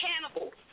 cannibals